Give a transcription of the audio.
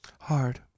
hard